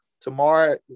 Tomorrow